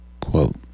Quote